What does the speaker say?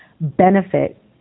benefit